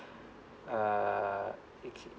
uh it can